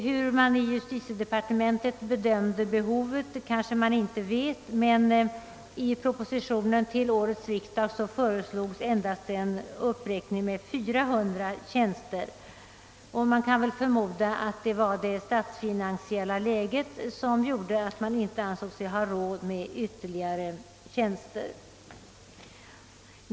Hur justitiedepartementet bedömde behovet kanske vi inte vet, men i propositionen till årets riksdag föreslogs en uppräkning med endast 400 tjänster. Det kan väl förmodas att det var på grund av det statsfinansiella läget man inte ansåg sig ha råd med flera tjänster.